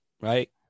Right